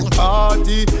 party